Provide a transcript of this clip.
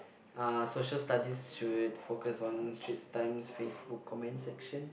uh Social Studies should focus on Straits Times Facebook comment section